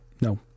No